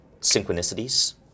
synchronicities